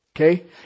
Okay